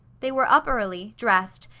they were up early, dressed,